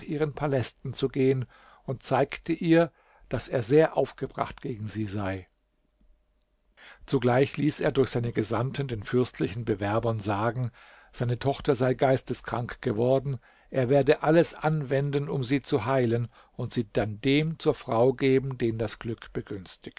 ihren palästen zu gehen und zeigte ihr daß er sehr aufgebracht gegen sie sei zugleich ließ er durch seine gesandten den fürstlichen bewerbern sagen seine tochter sei geisteskrank geworden er werde alles anwenden um sie zu heilen und sie dann dem zur frau geben den das glück